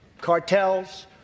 cartels